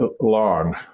Long